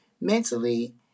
mentally